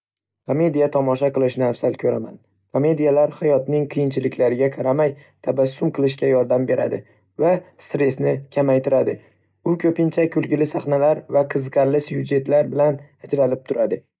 Komediya tomosha qilishni afzal ko'raman. Komediyalar hayotning qiyinchiliklariga qaramay, tabassum qilishga yordam beradi va stressni kamaytiradi, u ko'pincha kulgili sahnalar va qiziqarli syujetlar bilan ajralib turadi.